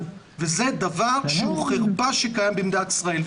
וזה דבר שחרפה שהוא קיים במדינת ישראל.